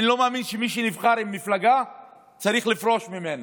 אני לא מאמין שמי שנבחר עם מפלגה צריך לפרוש ממנה,